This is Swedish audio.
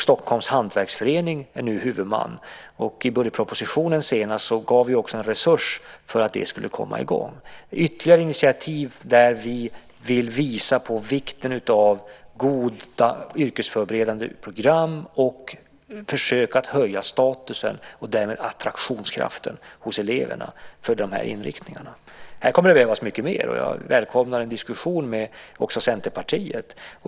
Stockholms Hantverksförening är nu huvudman, och i budgetpropositionen gav vi också resurser för att detta skulle komma i gång. Det är alltså ett ytterligare initiativ där vi vill visa på vikten av goda yrkesförberedande program och ett försök att bland eleverna höja statusen, och därmed attraktionskraften, för dessa inriktningar. Här kommer det att behöva göras mycket mer, och jag välkomnar en diskussion även med Centerpartiet.